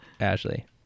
Ashley